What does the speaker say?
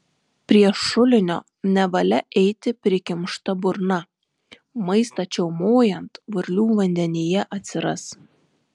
prie šulinio nevalia eiti prikimšta burna maistą čiaumojant varlių vandenyje atsiras